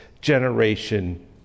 generation